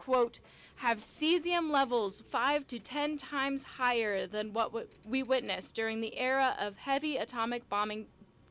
quote have cesium levels five to ten times higher than what we witnessed during the era of heavy atomic bombing